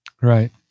Right